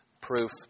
proof